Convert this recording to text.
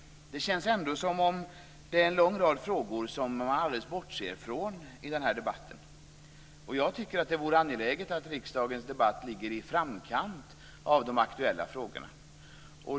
Det känns ändå som om det är en lång rad frågor som man helt bortser från i debatten. Jag tycker att det är angeläget att riksdagens debatt ligger i framkant av de aktuella frågorna.